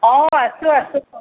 অ আছোঁ আছোঁ